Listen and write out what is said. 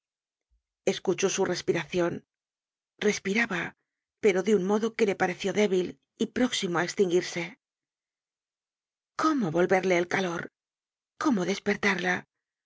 escuchó su respiracion respiraba pero de un modo que le pareció débil y próximo á estinguirse cómo volverle el calor cómo despertarla